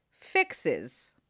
fixes